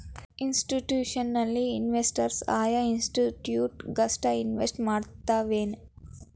Institutional investors ಆಯಾ institute ಗಷ್ಟ invest ಮಾಡ್ತಾವೆನ್?